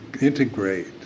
integrate